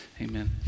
Amen